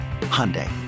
Hyundai